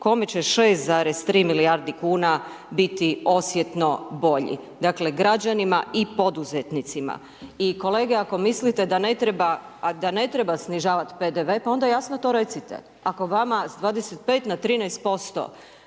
kome će 6,3 milijardi kuna biti osjetno bolji? Dakle građanima i poduzetnicima. I kolege ako mislite da ne treba snižavat PDV pa onda jasno to recite. Ako vama s 25 na 13%